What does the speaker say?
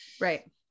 right